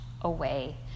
away